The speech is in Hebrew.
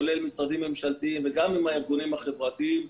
כולל משרדים ממשלתיים וגם עם הארגונים החברתיים,